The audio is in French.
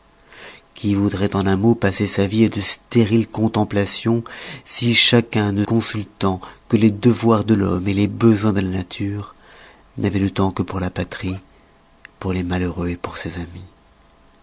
qui voudroit en un mot passer sa vie à de stériles contemplations si chacun ne consultant que les devoirs de l'homme les besoins de la nature n'avoit de temps que pour la patrie pour les malheureux et pour ses amis